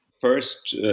first